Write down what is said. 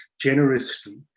generously